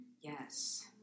Yes